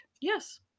Yes